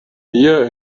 hier